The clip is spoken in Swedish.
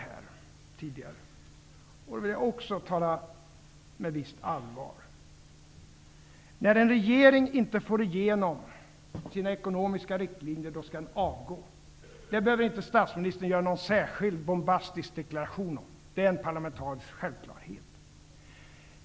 Det vill jag också tala om med visst allvar. När en regering inte får igenom sina ekonomiska riktlinjer skall den avgå. Det behöver statsministern inte göra någon särskild bombastisk deklaration om, det är en parlamentarisk självklarhet.